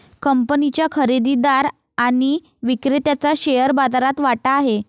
कंपनीच्या खरेदीदार आणि विक्रेत्याचा शेअर बाजारात वाटा आहे